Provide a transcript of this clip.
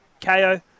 KO